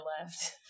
left